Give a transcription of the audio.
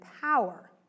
power